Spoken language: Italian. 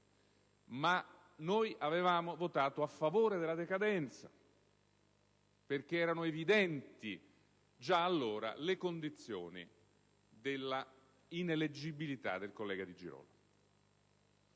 - ma avevamo votato a favore della decadenza, perché erano evidenti già allora le condizioni della ineleggibilità del collega Di Girolamo.